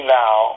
now